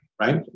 Right